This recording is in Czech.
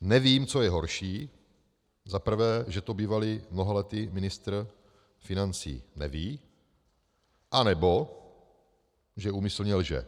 Nevím, co je horší za prvé, že to bývalý mnoholetý ministr financí neví, anebo že úmyslně lže.